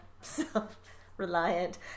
self-reliant